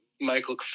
Michael